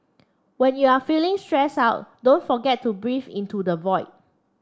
when you are feeling stress out don't forget to breathe into the void